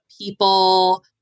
people